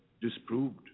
disproved